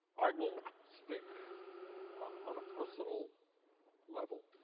i will speak on on a personal level.